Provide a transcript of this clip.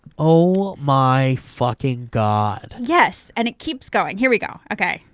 oh my fucking god. yes, and it keeps going. here we go, okay.